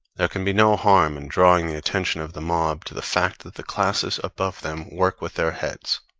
there can be no harm in and drawing the attention of the mob to the fact that the classes above them work with their heads,